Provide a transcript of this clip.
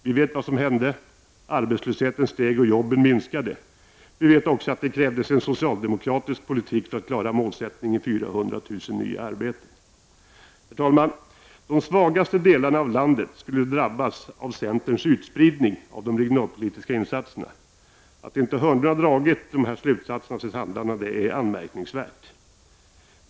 Vi vet vad som hände — arbetslösheten steg, jobben minskade. Vi vet också att det krävdes en socialdemokratisk politik för att klara målsättningen 400 000 nya arbeten. Herr talman! De svagaste delarna av landet skulle drabbas av centerns utspridning av de regionalpolitiska insatserna. Att inte Hörnlund har dragit den slutsatsen av sitt handlande är anmärkningsvärt.